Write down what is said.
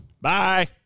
Bye